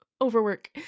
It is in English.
overwork